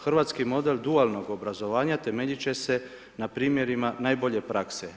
Hrvatski mode dualnog obrazovanja temeljit će se na primjerima najbolje prakse.